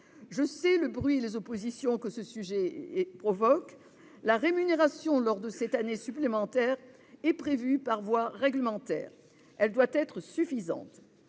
Je sais le bruit et les oppositions que ce sujet provoque. La rémunération, versée lors de cette année supplémentaire, est prévue par voie réglementaire. Elle doit être suffisante.